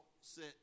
sit